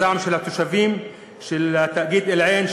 הזעם של התושבים על תאגיד אל-עין,